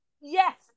yes